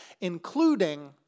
including